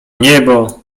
niebo